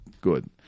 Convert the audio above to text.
good